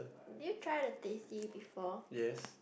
did you try the teh C before